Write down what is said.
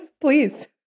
please